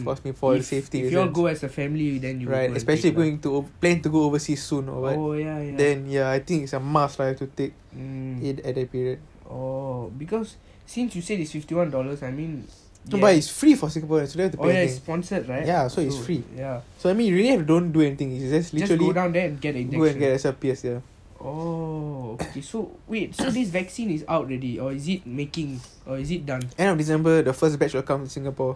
if you all go as a family oh ya ya mm oh because since you said is fifty one dollars oh ya is sponsored right so ya just go down there and get injection wait so this vaccine is out already or is it making or is it done